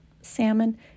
salmon